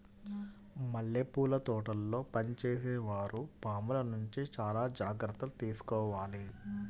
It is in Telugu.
మల్లెపూల తోటల్లో పనిచేసే వారు పాముల నుంచి చాలా జాగ్రత్తలు తీసుకోవాలి